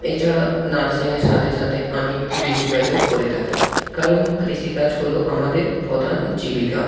এছাড়া নার্সিংয়ের সাথে সাথে আমি কৃষিকাজও করে থাকি কারণ কৃষিকাজ হলো আমাদের প্রধান জীবিকা